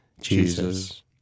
Jesus